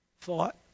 thought